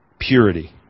Purity